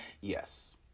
Yes